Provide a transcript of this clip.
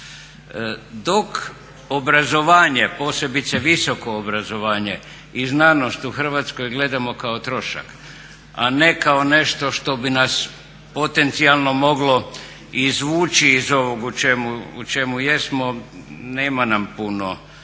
Dok obrazovanje posebice visoko obrazovanje i znanost u Hrvatskoj gledamo kao trošak, a ne kao nešto što bi nas potencijalno moglo izvući iz ovoga u čemu jesmo, nema nam puno